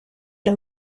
los